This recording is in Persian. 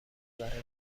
برای